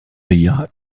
yacht